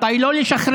ומתי לא לשחרר.